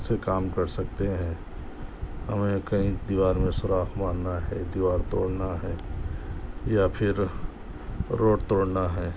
سے کام کر سکتے ہیں ہمیں کہیں دیوار میں سوراخ مارنا ہے دیوار توڑنا ہے یا پھر روڈ توڑنا ہے